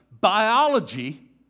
Biology